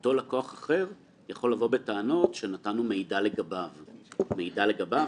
אותו לקוח אחר יכול לבוא בטענות שנתנו מידע לגביו - מידע לגביו,